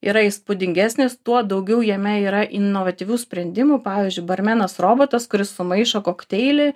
yra įspūdingesnis tuo daugiau jame yra inovatyvių sprendimų pavyzdžiui barmenas robotas kuris sumaišo kokteilį